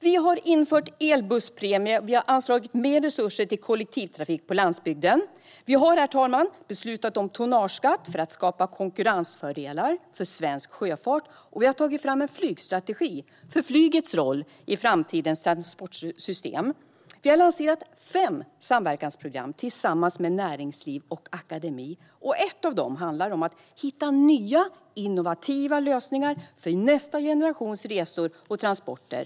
Vi har infört elbusspremier, och vi har anslagit mer resurser till kollektivtrafik på landsbygden. Vi har vidare, herr talman, beslutat om tonnageskatt för att skapa konkurrensfördelar för svensk sjöfart, och vi har tagit fram en flygstrategi för flygets roll i framtidens transportsystem. Regeringen har lanserat fem samverkansprogram tillsammans med näringsliv och akademi. Ett av dem handlar om att hitta nya innovativa lösningar för nästa generations resor och transporter.